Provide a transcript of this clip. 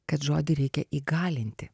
kad žodį reikia įgalinti